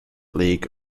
league